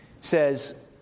says